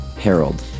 Harold